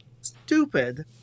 stupid